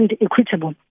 equitable